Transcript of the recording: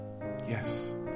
Yes